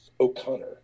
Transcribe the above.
O'Connor